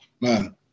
man